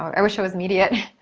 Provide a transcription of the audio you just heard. i wish it was immediate.